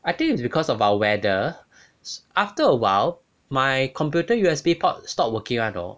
I think it's because of our weather after awhile my computer U_S_B port stopped working [one] you know